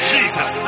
Jesus